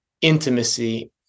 intimacy